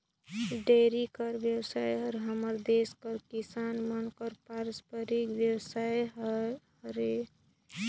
dairy कर बेवसाय हर हमर देस कर किसान मन कर पारंपरिक बेवसाय हरय